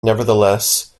nevertheless